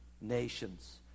nations